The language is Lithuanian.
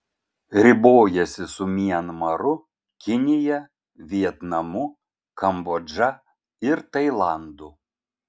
ribojasi su mianmaru kinija vietnamu kambodža ir tailandu